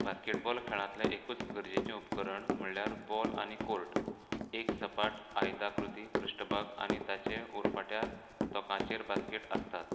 basketball खेळांतलें एकूच गरजेचें उपकरण म्हळ्यार बॉल आनी कोर्ट एक सपाट आयताकृती पृश्ठभाग आनी ताचे उरफाट्या तोंकांचेर बास्केट आसतात